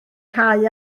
cau